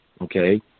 Okay